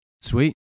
sweet